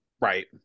Right